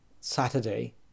Saturday